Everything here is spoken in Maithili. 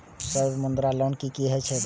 सर मुद्रा लोन की हे छे बताबू?